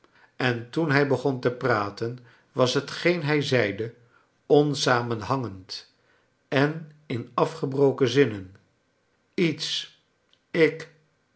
en toen hij begon te praten was hetgeen hij zeide onaamenhangend en in afgebroken zinnen iets ik